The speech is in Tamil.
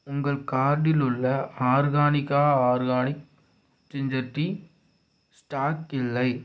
உங்கள் கார்ட்டில் உள்ள ஆர்கானிகா ஆர்கானிக் ஜின்ஜர் டீ ஸ்டாக் இல்லை